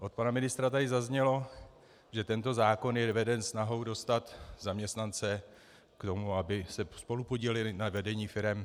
Od pana ministra tady zaznělo, že tento zákon je veden snahou dostat zaměstnance k tomu, aby se spolupodíleli na vedení firem.